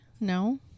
No